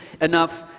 enough